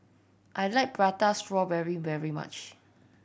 I like Prata Strawberry very much